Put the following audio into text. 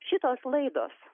šitos laidos